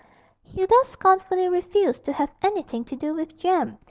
hilda scornfully refused to have anything to do with jem,